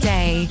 Day